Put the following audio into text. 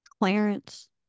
Clarence